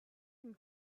une